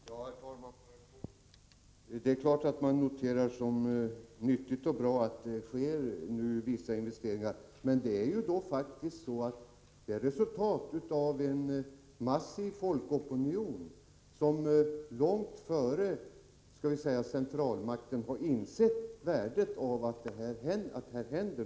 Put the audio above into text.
Herr talman! Bara kort: Det är klart att man noterar som nyttigt och bra att vissa investeringar kommer till stånd, men detta är faktiskt resultatet av en massiv folkopinion, som långt före centralmakten har insett värdet av att något händer.